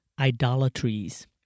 idolatries